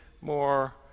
more